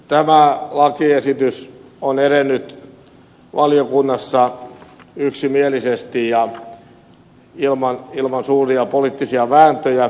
tämä lakiesitys on edennyt valiokunnassa yksimielisesti ja ilman suuria poliittisia vääntöjä